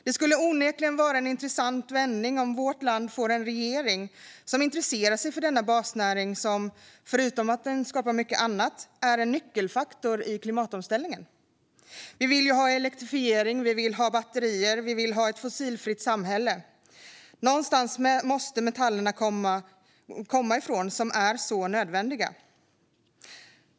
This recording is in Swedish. Det skulle onekligen vara en intressant vändning om vårt land får en regering som intresserar sig för denna basnäring som, förutom att den skapar mycket annat, är en nyckelfaktor i klimatomställningen. Vi vill ju ha elektrifiering; vi vill ha batterier; vi vill ha ett fossilfritt samhälle. Någonstans ifrån måste de så nödvändiga metallerna komma.